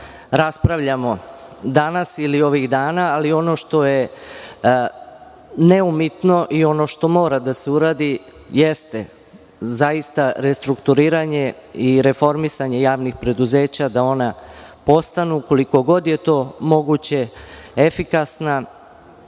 raspravljamo danas ili ovih dana. Ono što je neumitno i ono što mora da se uradi jeste zaista restrukturiranje i reformisanje javnih preduzeća, da ona postanu, koliko god je to moguće, efikasna,